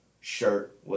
shirt